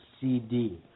CD